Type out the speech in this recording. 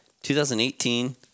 2018